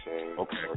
Okay